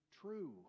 true